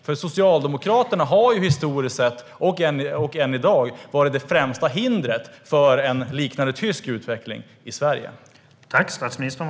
Socialdemokraterna har ju historiskt sett varit och är än i dag det främsta hindret för en liknande utveckling som den tyska i Sverige.